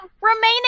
Remaining